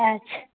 अच्छा